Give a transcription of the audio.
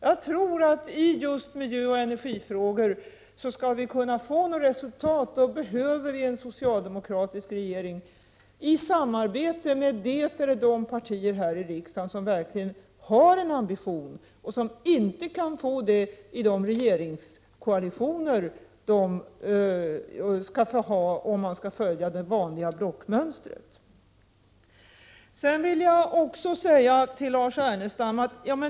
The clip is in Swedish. Jag tror att om vi skall kunna få något resultat när det gäller miljöoch energifrågor, då behöver vi en socialdemokratisk regering i samarbete med det eller de partier här i riksdagen som verkligen har en ambition och som inte kan få den tillgodosedd i de regeringskoalitioner som kommer i fråga om vi skall följa det vanliga blockmönstret.